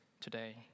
today